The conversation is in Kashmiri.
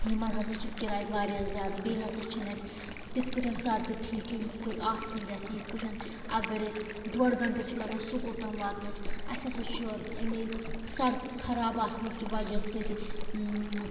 یِمن ہَسا چھِ کِراے وارِیاہ زیادٕ بیٚیہِ ہَسا چھِنہٕ اسہِ تِتھ کٲٹھۍ سڑکہٕ ٹھیٖک کیٚںٛہہ یِتھ کٔٹھۍ آسنہِ گَژھہِ یِتھ کٲٹھۍ اگر اسہِ ڈۄڈ گھنٛٹہٕ چھُ لگان سُکوٗل تام واتنَس اسہِ ہَسا چھُ أمے سڑکہٕ خراب آسنہٕ کہِ وجہ سۭتۍ